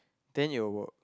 then it will work